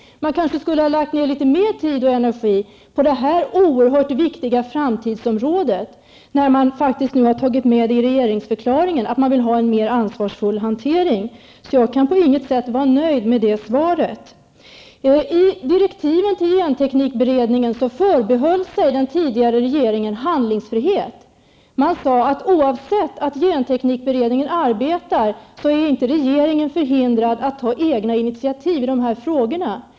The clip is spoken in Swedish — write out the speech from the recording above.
Man kanske skulle ha lagt ner litet mer tid och energi på detta oerhört viktiga framtidsområde, när man faktiskt har tagit med i regeringsförklaringen att man vill ha en mer ansvarsfull hantering. Jag kan på intet sätt vara nöjd med svaret. I direktiven till genteknikberedningen förbehöll sig den tidigare regeringen handlingsfrihet. Man sade att oavsett att genteknikberednigen arbetar är inte regeringen förhindrad att ta egna initiativ i de här frågorna.